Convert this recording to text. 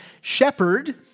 shepherd